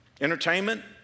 Entertainment